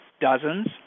Dozens